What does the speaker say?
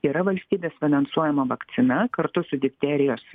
yra valstybės finansuojama vakcina kartu su difterijos